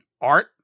Art